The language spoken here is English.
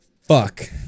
Fuck